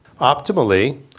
Optimally